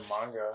manga